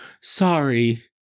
sorry